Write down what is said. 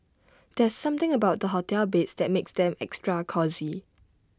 there's something about the hotel beds that makes them extra cosy